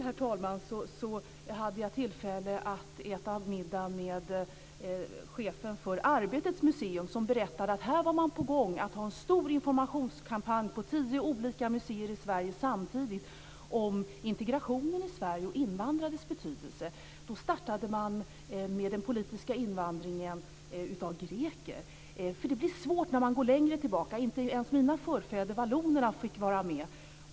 I går kväll hade jag tillfälle att äta middag med chefen för Arbetets museum som berättade att man är på gång att genomföra en stor informationskampanj på tio olika museer i Sverige samtidigt om integrationen i Sverige och om invandrades betydelse. Man startar med den politiska invandringen av greker eftersom det blir svårt när man går längre tillbaka. Inte ens mina förfäder vallonerna fick vara med.